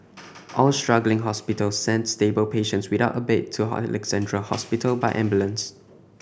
all struggling hospitals sent stable patients without a bed to Alexandra Hospital by ambulance